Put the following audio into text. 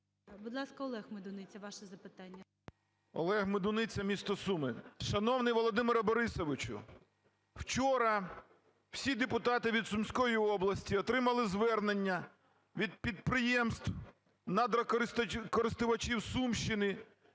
Олег Медуниця, місто Суми.